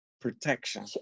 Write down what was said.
protection